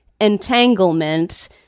entanglement